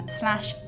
slash